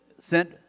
sent